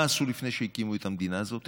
מה עשו לפני שהקימו את המדינה הזאת?